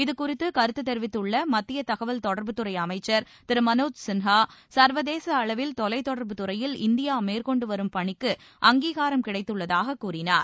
இதுகுறித்து கருத்து தெரிவித்துள்ள மத்திய தகவல் தொடர்பு துறை அமைச்சர் திரு மனோஜ் சின்ஹா சா்வதேச அளவில் தொலைதொடா்புத் துறையில் இந்தியா மேற்கொண்டு வரும் பணிக்கு அங்கீகாரம் கிடைத்துள்ளதாக கூறினார்